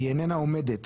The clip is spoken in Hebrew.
היא איננה עומדת